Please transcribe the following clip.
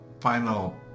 final